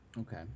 Okay